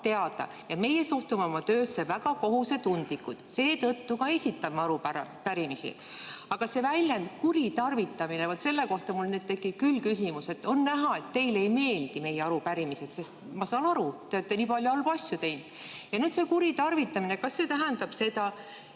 teada. Ja meie suhtume oma töösse väga kohusetundlikult. Seetõttu esitame arupärimisi. Aga see väljend "kuritarvitamine", vaat selle kohta mul tekib küll küsimus. On näha, et teile ei meeldi meie arupärimised. Ma saan aru – te olete nii palju halbu asju teinud. Ja nüüd see kuritarvitamine. Kas see tähendab seda,